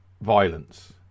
violence